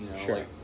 Sure